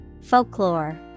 Folklore